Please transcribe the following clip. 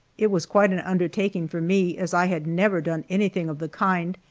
it was quite an undertaking for me, as i had never done anything of the kind,